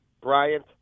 Bryant